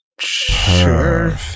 Sure